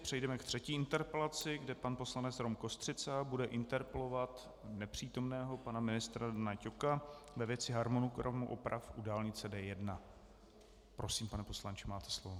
Přejdeme ke třetí interpelaci, kde pan poslanec Rom Kostřica bude interpelovat nepřítomného pana ministra Dana Ťoka ve věci harmonogramu oprav u dálnice D1. Prosím, pane poslanče, máte slovo.